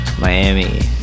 Miami